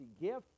gift